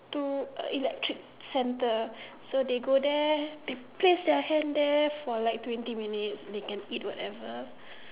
to a electric center so they go there they place their hand there for like twenty minutes they can eat whatever